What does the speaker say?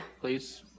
Please